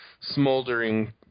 smoldering